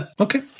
Okay